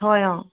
হয় অ